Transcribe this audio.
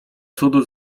cudu